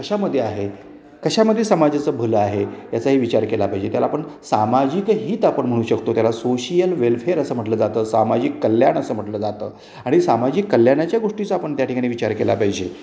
कशामध्ये आहे कशामध्ये समाजाचं भलं आहे याचाही विचार केला पाहिजे त्याला आपण सामाजिक हित आपण म्हणू शकतो त्याला सोशियल वेल्फेअर असं म्हटलं जातं सामाजिक कल्याण असं म्हटलं जातं आणि सामाजिक कल्याणाच्या गोष्टीचं आपण त्या ठिकाणी विचार केला पाहिजे